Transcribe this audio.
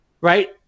Right